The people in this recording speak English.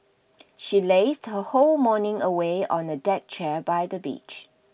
she lazed her whole morning away on a deck chair by the beach